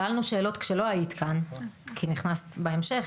שאלנו שאלות כשלא היית כאן, כי נכנסת בהמשך